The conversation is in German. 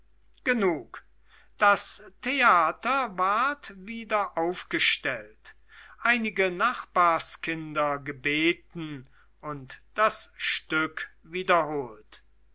genug das theater ward wieder aufgestellt einige nachbarskinder gebeten und das stück wiederholt